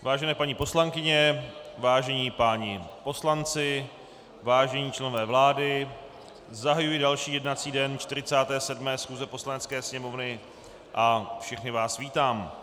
Vážené paní poslankyně, vážení páni poslanci, vážení členové vlády, zahajuji další jednací den 47. schůze Poslanecké sněmovny a všechny vás vítám.